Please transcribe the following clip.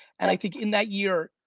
and i think in that year,